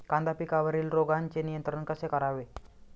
कांदा पिकावरील रोगांचे नियंत्रण कसे करावे?